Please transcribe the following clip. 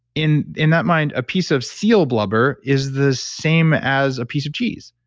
in in that mind, a piece of seal blubber is the same as a piece of cheese.